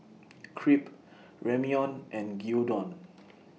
Crepe Ramyeon and Gyudon